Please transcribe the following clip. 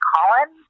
Colin